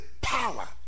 power